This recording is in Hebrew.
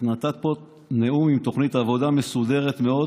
את נתת פה נאום עם תוכנית עבודה מסודרת מאוד,